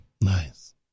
nice